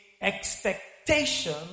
expectation